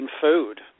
food